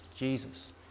Jesus